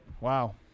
wow